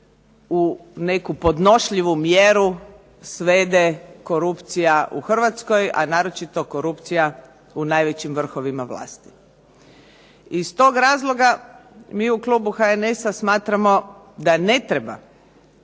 u neku podnošljivu mjeru svede korupcija u Hrvatskoj a naročito korupcija u najvećim vrhovima vlasti. IZ tog razloga mi u Klubu HNS-a smatramo da ne treba